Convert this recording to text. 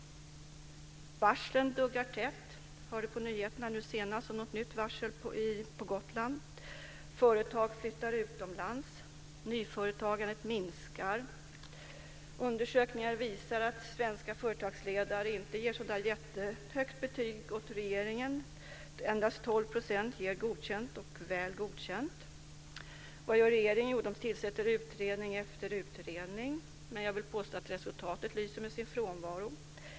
Varslen duggar tätt. Jag hörde nu senast på nyheterna om ett nytt varsel på Gotland. Företag flyttar utomlands. Nyföretagandet minskar. Undersökningar visar att svenska företagsledare inte ger så särskilt höga betyg åt regeringen. Endast 12 % ger Godkänt och Väl godkänt. Vad gör regeringen? Jo, man tillsätter utredning efter utredning, men jag vill påstå att resultatet lyser med sin frånvaro.